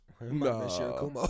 No